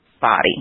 body